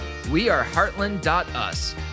weareheartland.us